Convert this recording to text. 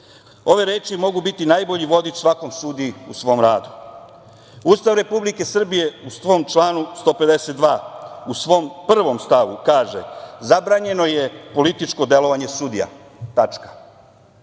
Ove reči mogu biti najbolji vodič svakom sudiji u svom radu. Ustav Republike Srbije u svom članu 152, u svom 1. stavu, kaže: "Zabranjeno je političko delovanje sudija".